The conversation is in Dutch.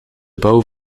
bouw